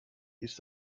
ist